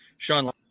Sean